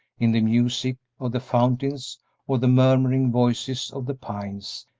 in the music of the fountains or the murmuring voices of the pines,